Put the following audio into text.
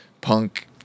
punk